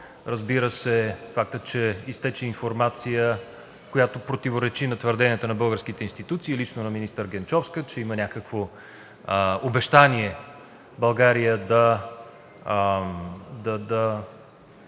разбира се, фактът, че изтече информация, която противоречи на твърденията на българските институции и лично на министър Генчовска, че има някакво обещание България да